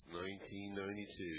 1992